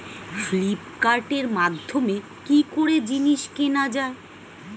ফ্লিপকার্টের মাধ্যমে কি করে জিনিস কেনা যায়?